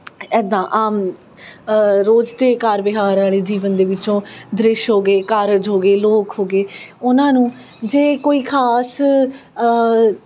ਇੱਦਾਂ ਆਮ ਰੋਜ਼ ਤੇ ਕਾਰ ਵਿਹਾਰ ਵਾਲੇ ਜੀਵਨ ਦੇ ਵਿੱਚੋਂ ਦ੍ਰਿਸ਼ ਹੋਗੇ ਕਾਰਜ ਹੋ ਗਏ ਲੋਕ ਹੋ ਗਏ ਉਹਨਾਂ ਨੂੰ ਜੇ ਕੋਈ ਖਾਸ